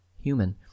human